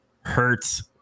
hurts